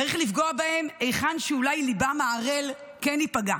צריך לפגוע בהם היכן שאולי ליבם הערל כן ייפגע,